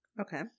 Okay